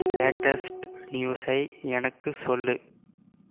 latest நியூஸை எனக்கு சொல்லு